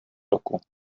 roku